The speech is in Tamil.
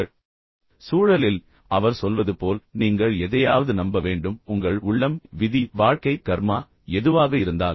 மேலும் சூழலில் அவர் சொல்வது போல் நீங்கள் எதையாவது நம்ப வேண்டும் உங்கள் உள்ளம் விதி வாழ்க்கை கர்மா எதுவாக இருந்தாலும்